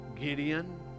Gideon